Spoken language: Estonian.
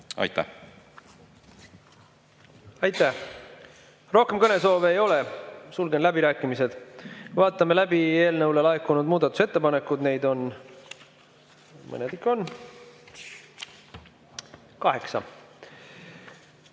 Aitäh! Aitäh! Rohkem kõnesoove ei ole, sulgen läbirääkimised. Vaatame läbi eelnõu kohta laekunud muudatusettepanekud. Neid on –